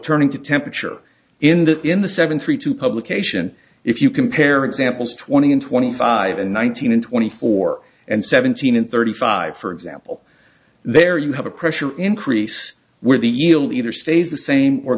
turning to temperature in the in the seven three to publication if you compare examples twenty and twenty five in one thousand and twenty four and seventeen and thirty five for example there you have a pressure increase where the yield either stays the same or